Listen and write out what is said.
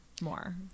more